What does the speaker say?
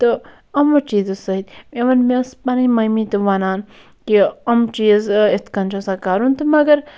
تہٕ یِمو چیٖزو سۭتۍ اِون مےٚ ٲسۍ پَنٕنۍ ممی تہِ وَنان کہِ یِم چیٖز کہِ ی، تھٕ کٔنۍ چھُ آسان کَرُن تہٕ مَگَر